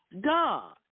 God